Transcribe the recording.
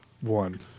one